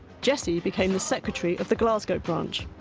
jessie became the secretary of the glasgow branch,